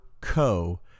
Co